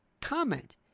comment